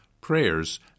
prayers